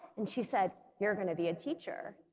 and she said you're gonna be a teacher.